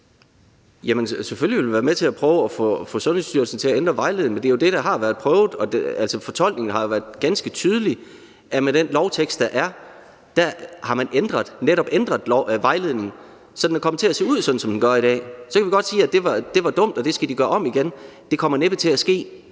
selvfølgelig vil vi være med til at prøve at få Sundhedsstyrelsen til at ændre vejledningen. Men det er jo det, der har været prøvet, og fortolkningen har været ganske tydelig, altså at med den lovtekst, der er, har man netop ændret vejledningen, sådan at den er kommet til at se ud, som den gør i dag. Så kan vi godt sige, at det var dumt, og at det skal de gøre om. Det kommer næppe til at ske,